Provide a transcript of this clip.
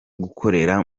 gukorera